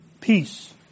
Peace